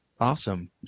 Awesome